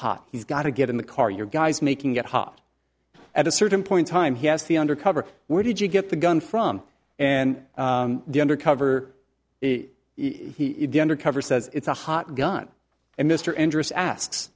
hot he's got to get in the car your guys making it hot at a certain point time he has the undercover where did you get the gun from and the undercover he cover says it's a hot gun and mr a